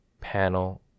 panel